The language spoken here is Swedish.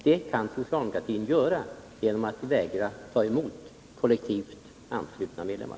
Det kan socialdemokratin göra genom att vägra ta emot kollektivt anslutna medlemmar.